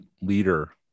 leader